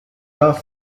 off